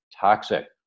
toxic